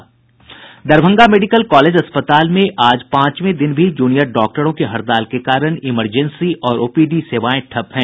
Darbhanga medical college अस्पताल में आज पांचवें दिन भी जूनियर डॉक्टरों की हड़ताल के कारण इमरजेंसी और ओपीडी सेवाएं ठप हैं